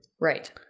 Right